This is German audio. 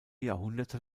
jahrhunderte